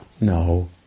No